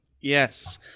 Yes